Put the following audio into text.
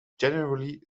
generally